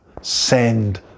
send